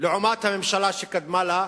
לעומת הממשלה שקדמה לה,